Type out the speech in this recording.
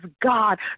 God